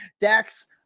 Dax